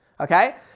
Okay